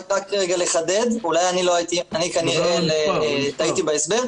רק לחדד, אני כנראה טעיתי בהסבר.